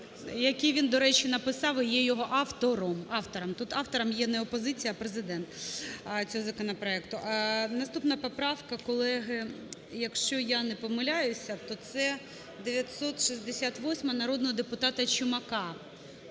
Який він, до речі, написав, і є його автором. Автором. Тут автором є не опозиція, а Президент, цього законопроекту. Наступна поправка, колеги, якщо я не помиляюся, то це 968 народного депутата Чумака.